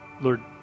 Lord